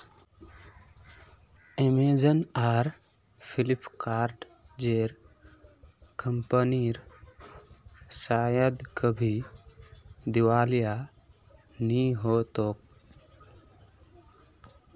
Amazon आर Flipkart जेर कंपनीर शायद कभी दिवालिया नि हो तोक